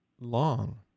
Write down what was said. long